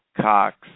Cox